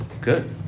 Good